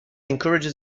encourages